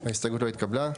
0 ההסתייגות לא התקבלה.